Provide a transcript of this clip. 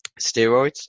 steroids